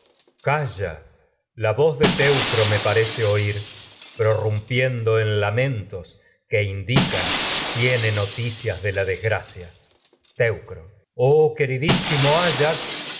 la voz ay de mi de teucro me parece oír pro que calla en rrumpiendo la lamentos indican tiene noticia de desgracia teucro oh queridísimo ayax